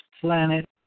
planet